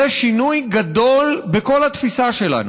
זה שינוי גדול בכל התפיסה שלנו,